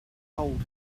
told